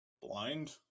blind